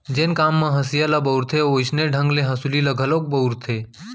जेन काम म हँसिया ल बउरथे वोइसने ढंग ले हँसुली ल घलोक बउरथें